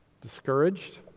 Discouraged